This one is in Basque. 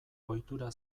ohitura